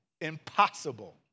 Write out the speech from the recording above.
impossible